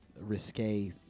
risque